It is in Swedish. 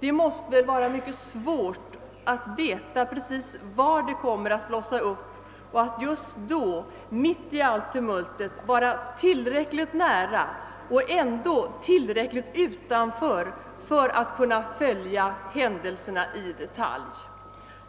Det måste vara mycket svårt att veta precis var det kommer att blossa upp och att just då mitt i allt tumultet vara tillräckligt nära och ändå tillräckligt utanför för ått kunna följa händelserna i detalj.